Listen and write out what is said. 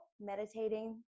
meditating